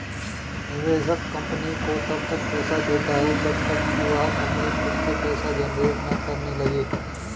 निवेशक कंपनी को तब तक पैसा देता है जब तक कि वह कंपनी खुद से पैसा जनरेट ना करने लगे